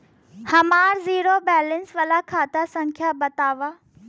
हमार zero balance वाला खाता संख्या वतावा?